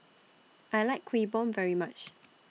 I like Kuih Bom very much